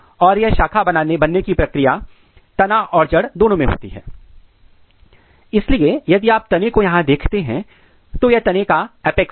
और यह शाखा बनने की प्रक्रिया तना और जड़ दोनों में होती है इसलिए यदि आप तने को यहां देखते हैं तो यह तने का अपेक्स है